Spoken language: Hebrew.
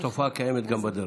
התופעה קיימת גם בדרום.